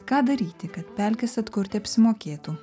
ką daryti kad pelkes atkurti apsimokėtų